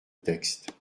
texte